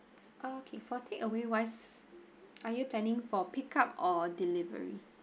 okay for take away wise are you planning for pick up or delivery